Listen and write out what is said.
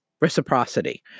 reciprocity